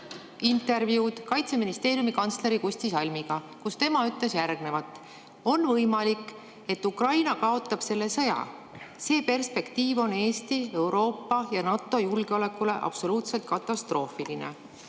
võimalik, et Ukraina kaotab selle sõja. See perspektiiv on Eesti, Euroopa ja NATO julgeolekule absoluutselt katastroofiline."